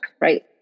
right